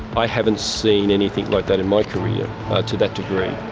i haven't seen anything like that in my career to that degree.